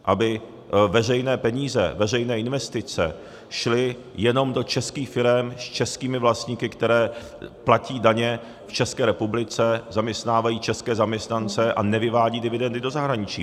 Aby veřejné peníze, veřejné investice šly jenom do českých firem s českými vlastníky, které platí daně v České republice, zaměstnávají české zaměstnance a nevyvádějí dividendy do zahraničí.